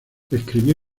escribió